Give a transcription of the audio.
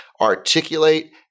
articulate